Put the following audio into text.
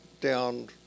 down